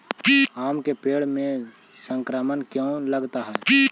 आम के पेड़ में संक्रमण क्यों लगता है?